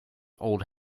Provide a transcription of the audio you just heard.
old